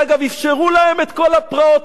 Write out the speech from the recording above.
אפשרו להם את כל הפרעות האלה,